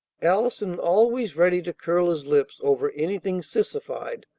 allison, always ready to curl his lips over anything sissified,